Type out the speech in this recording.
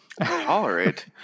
Tolerate